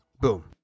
Boom